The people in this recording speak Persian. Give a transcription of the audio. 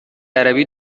عربی